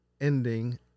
ending